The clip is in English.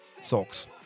socks